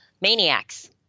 maniacs